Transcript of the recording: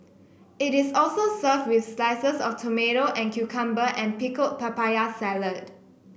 it is also served with slices of tomato and cucumber and pickled papaya salad